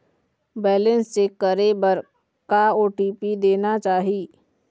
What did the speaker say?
Balance check करे बर का ओ.टी.पी देना चाही?